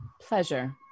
pleasure